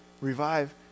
revive